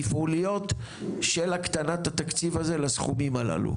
תפעוליות של הקטנת התקציב הזה לסכומים הללו.